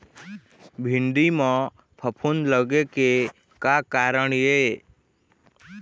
भिंडी म फफूंद लगे के का कारण ये?